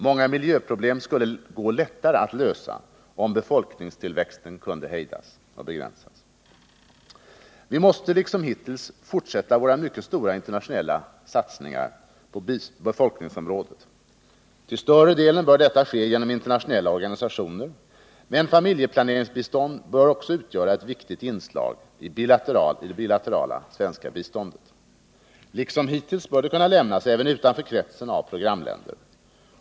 Många miljöproblem skulle lättare gå att lösa om befolkningstillväxten kunde begränsas. Vi måste — liksom hittills — fortsätta våra mycket stora internationella insatser på befolkningsområdet. Till större delen bör detta ske genom internationella organisationer, men familjeplaneringsbistånd bör också utgöra ett viktigt inslag i det bilaterala svenska biståndet. Liksom hittills bör det kunna lämnas även utanför kretsen av programländer.